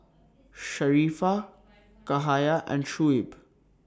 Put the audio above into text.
Sharifah Cahaya and Shuib